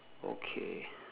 okay